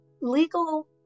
legal